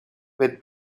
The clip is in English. with